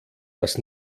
dass